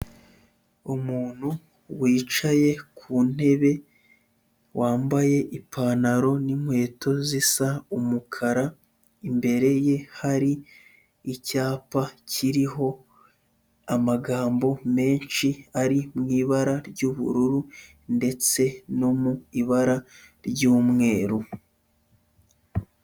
Umuntu wicaye ku ntebe, wambaye ipantaro n'inkweto zisa umukara, imbere ye hari icyapa kiriho amagambo menshi ari mu ibara ry'ubururu ndetse no mu ibara ry'umweru.